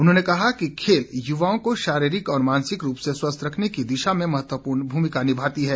उन्होंने कहा कि खेल युवाओं को शारीरिक और मानसिक रूप से स्वस्थ रखने की दिशा में महत्वपूर्ण भूमिका निभाती है